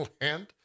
land